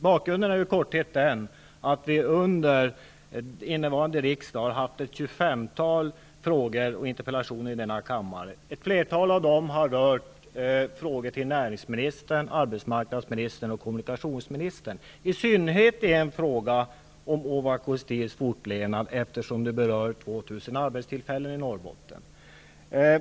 Bakgrunden är i korthet den att vi under innevarande riksmöte har ställt mellan 20 och 30 frågor och interpellationer i denna kammare, och ett flertal av dem har rört frågor till näringsministern, arbetsmarknadsministern och kommunikationsministern, i synnerhet om Ovako Steels fortlevnad, eftersom det berör 2 000 arbetstillfällen i Norrbotten.